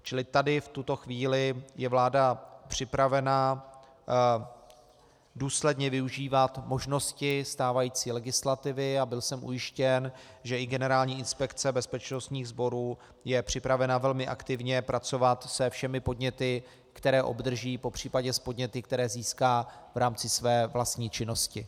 Čili tady v tuto chvíli je vláda připravena důsledně využívat možnosti stávající legislativy a byl jsem ujištěn, že i Generální inspekce bezpečnostních sborů je připravena velmi aktivně pracovat se všemi podněty, které obdrží, popř. s podněty, které získá v rámci své vlastní činnosti.